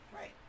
Right